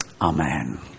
Amen